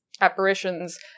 apparitions